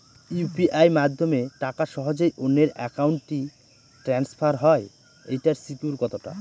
UPI মাধ্যমে টাকা সহজেই অন্যের অ্যাকাউন্ট ই ট্রান্সফার হয় এইটার সিকিউর কত টা?